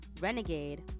Renegade